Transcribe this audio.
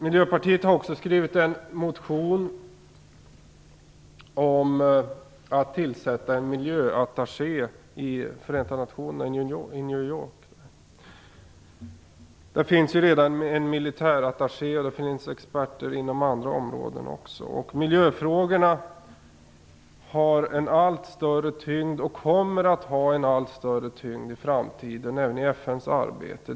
Miljöpartiet har också skrivit en motion om att tillsätta en miljöattaché i Förenta nationerna i New York. Där finns ju redan en militärattaché, och det finns experter inom andra områden också. Miljöfrågorna har en allt större tyngd och kommer att få en allt större tyngd i framtiden även i FN:s arbete.